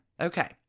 Okay